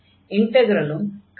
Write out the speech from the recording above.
இன்டக்ரலும் கீழ்க்கண்டவாறு மாறும்